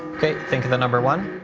okay, think of the number one.